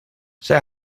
zij